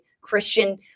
Christian